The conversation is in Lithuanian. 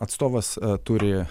atstovas turi